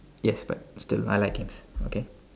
yes but still I like it okay